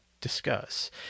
discuss